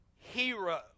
hero